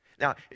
Now